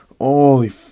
Holy